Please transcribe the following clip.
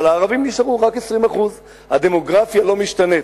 אבל הערבים נשארו רק 20%. הדמוגרפיה לא משתנה.